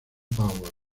powell